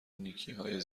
نیکیهای